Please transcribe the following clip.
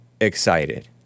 excited